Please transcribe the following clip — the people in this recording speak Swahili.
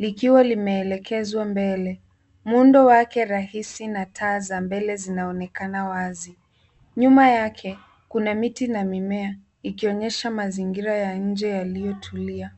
likiwa limeelekezwa mbele, muundo wake rahisi na taa za mbele zinaonekana wazi. Nyuma yake, kuna miti na mimea, ikionyesha mazingira ya nje yaliotulia.